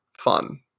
fun